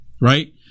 right